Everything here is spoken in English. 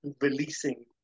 releasing